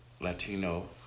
Latino